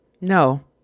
no